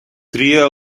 tria